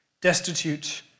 destitute